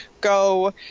go